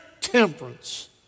temperance